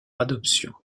adoption